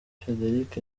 frédéric